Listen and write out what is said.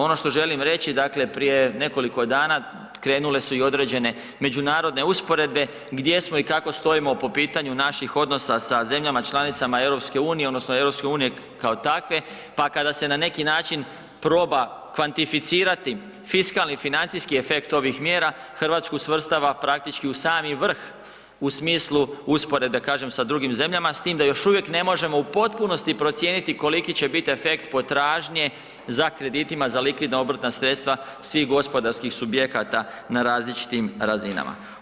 Ono što želim reći, dakle prije nekoliko dana krenule su i određene međunarodne usporedbe gdje smo i kako stojimo po pitanju naših odnosa sa zemljama članicama EU odnosno EU kao takve, pa kada se na neki način proba kvantificirati fiskalni financijski efekt ovih mjera, RH svrstava praktički u sami vrh u smislu usporedbe, da kažem, sa drugim zemljama s tim da još uvijek ne možemo u potpunosti procijeniti koliki će bit efekt potražnje za kreditima za likvidna obrtna sredstva svih gospodarskih subjekata na različitim razinama.